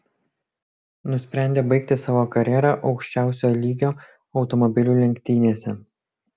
nusprendė baigti savo karjerą aukščiausio lygio automobilių lenktynėse